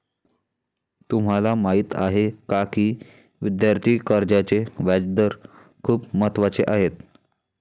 तुम्हाला माहीत आहे का की विद्यार्थी कर्जाचे व्याजदर खूप महत्त्वाचे आहेत?